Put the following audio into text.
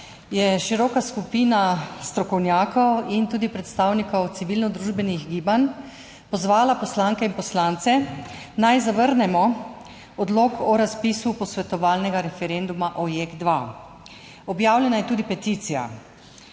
je široka skupina strokovnjakov in tudi predstavnikov civilnodružbenih gibanj pozvala poslanke in poslance, naj zavrnemo odlok o razpisu posvetovalnega referenduma o JEK2, objavljena je tudi peticija.